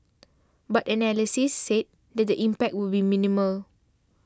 but analysts said that the impact would be minimal